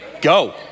go